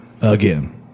again